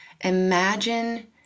Imagine